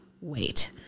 wait